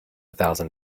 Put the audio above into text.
thousand